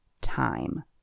Time